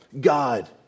God